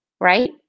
right